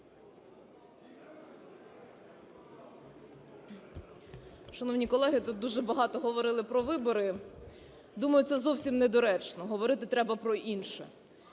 Шановні колеги, тут дуже багато говорили про вибори. Думаю це зовсім недоречно, говорити треба про інше.